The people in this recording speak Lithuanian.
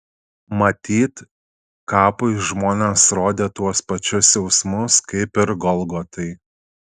matyt kapui žmonės rodė tuos pačius jausmus kaip ir golgotai